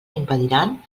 impediran